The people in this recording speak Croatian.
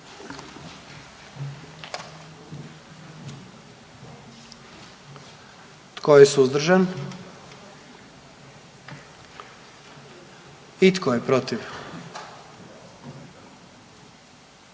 Tko je suzdržan? I tko je protiv?